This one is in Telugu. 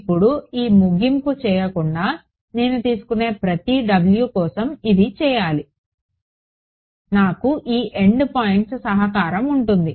ఇప్పుడు ఈ ముగింపు చేయకుండా నేను తీసుకునే ప్రతి W కోసం ఇది చేయాలి నాకు ఈ ఎండ్ పాయింట్స్ సహకారం ఉంటుంది